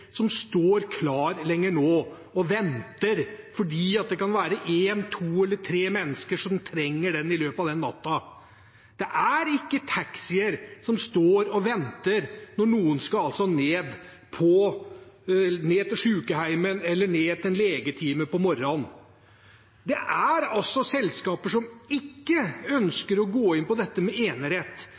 som står klar og venter fordi det kan være ett, to eller tre mennesker som trenger den i løpet av den natten. Det er ikke taxier som står og venter når noen skal ned på sykehjemmet eller ned til en legetime om morgenen. Det er altså selskaper som ikke ønsker å gå inn på dette med enerett,